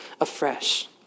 afresh